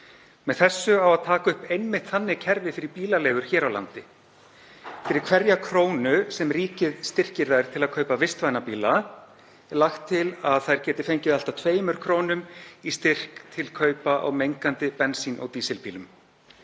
Með þessu á að taka upp einmitt þannig kerfi fyrir bílaleigur hér á landi. Fyrir hverja krónu sem ríkið styrkir þær til að kaupa vistvæna bíla er lagt til að þær geti fengið allt að 2 kr. í styrk til kaupa á mengandi bensín- og dísilbílum.